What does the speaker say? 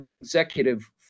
executive